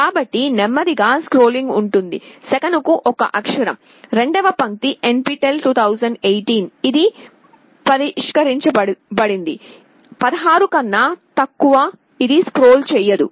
కాబట్టి నెమ్మదిగా స్క్రోలింగ్ ఉంటుంది సెకనుకు 1 అక్షరం రెండవ పంక్తి NPTEL 2018 ఇది పరిష్కరించబడింది 16 కన్నా తక్కువ ఇది స్క్రోల్ చేయదు